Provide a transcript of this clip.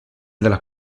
della